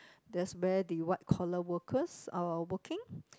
that's where the white collar workers are working